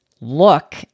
look